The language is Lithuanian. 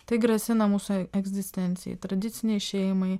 tai grasina mūsų e egzistencijai tradicinei šeimai